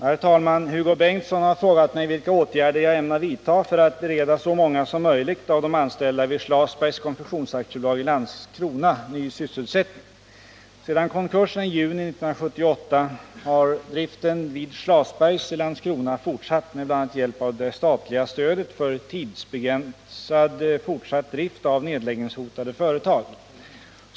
Herr talman! Hugo Bengtsson har frågat mig vilka åtgärder jag ämnar vidta för att bereda så många som möjligt av de anställda vid Schlasbergs Konfektionsfabrik AB i Landskrona ny sysselsättning. Sedan konkursen i juni 1978 har driften vid Schlasbergs i Landskrona fortsatt med bl.a. hjälp av det statliga stödet för tidsbegränsad fortsatt drift av nedläggningshotade företag.